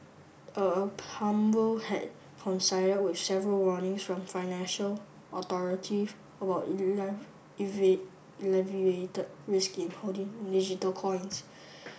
a tumble had coincided with several warnings from financial authorities about elevated risk in holding digital coins